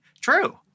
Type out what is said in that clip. true